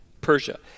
Persia